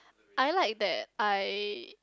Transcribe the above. I like that I